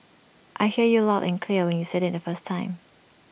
I heard you loud and clear when you said IT the first time